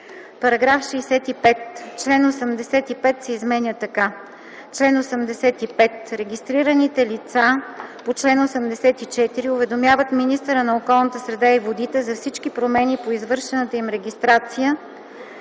§ 65. Член 85 се изменя така: „Чл. 85. Регистрираните лица по чл. 84 уведомяват министъра на околната среда и водите за всички промени по извършената им регистрация